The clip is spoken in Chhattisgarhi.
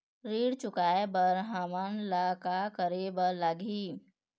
ऋण चुकाए बर हमन ला का करे बर लगही?